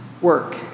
work